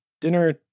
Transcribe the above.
dinner